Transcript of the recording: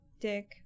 Dick